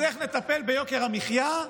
אז איך נטפל ביוקר המחיה?